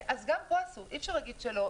אז גם פה עשו, אי אפשר להגיד שלא.